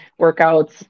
workouts